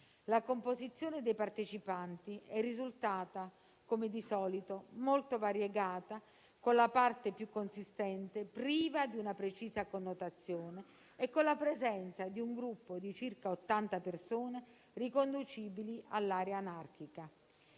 La composizione dei partecipanti è risultata, come di solito, molto variegata, con la parte più consistente priva di una precisa connotazione e con la presenza di un gruppo di circa 80 persone riconducibili all'area anarchica.